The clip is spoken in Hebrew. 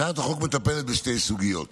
הצעת החוק מטפלת בשתי סוגיות.